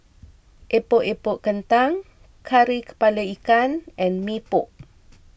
Epok Epok Kentang Kari Kepala Ikan and Mee Pok